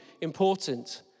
important